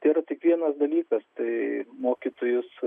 tėra tik vienas dalykas tai mokytojus